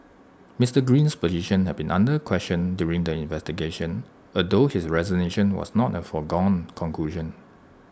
Mister Green's position had been under question during the investigation although his resignation was not A foregone conclusion